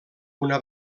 una